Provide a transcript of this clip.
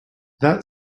that